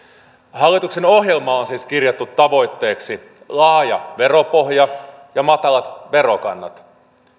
hallituksen ohjelmaan on siis kirjattu tavoitteeksi laaja veropohja ja matalat verokannat